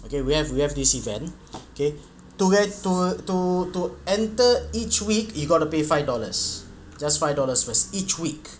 okay we have we have this event K to get to to to enter each week you got to pay five dollars just five dollars first each week